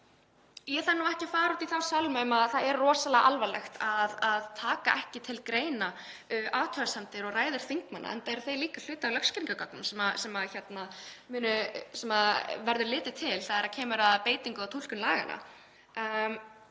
Ég þarf ekki að fara út í þá sálma að það er rosalega alvarlegt að taka ekki til greina athugasemdir og ræður þingmanna, enda eru þær líka hluti af lögskýringargögnum sem verður litið til þegar kemur að beitingu og túlkun laganna.